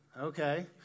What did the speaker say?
Okay